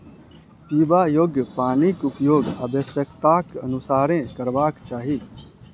पीबा योग्य पानिक उपयोग आवश्यकताक अनुसारेँ करबाक चाही